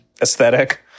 aesthetic